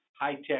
high-tech